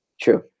true